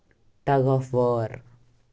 tug of war